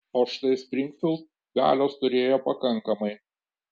o štai springfild galios turėjo pakankamai